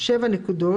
7 נקודות,